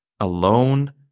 alone